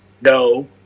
No